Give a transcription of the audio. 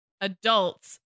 adults